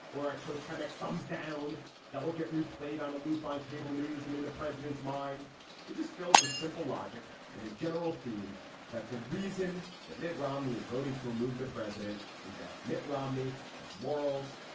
or a totemic thumbs down that will get replayed on a loop on cable news and in the president's mind were just filled with simple logic. and the general theme that the reason that mitt romney is voting to remove the president is that mitt romney has morals,